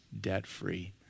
debt-free